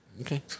Okay